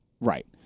Right